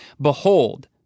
Behold